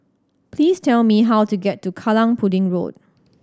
please tell me how to get to Kallang Pudding Road